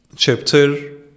Chapter